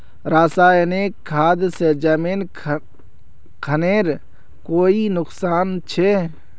रासायनिक खाद से जमीन खानेर कोई नुकसान छे?